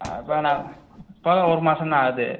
இப்பனா இப்பதான் ஒரு மாசம்தான் ஆகுது